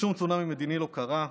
ושום צונאמי מדיני לא קרה,